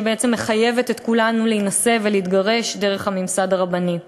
שמחייבת את כולנו להינשא להתגרש דרך הממסד הרבני.